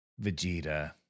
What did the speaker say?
Vegeta